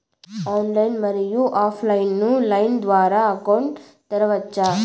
Online, మరియు offline line ద్వారా account తెరవచ్చా?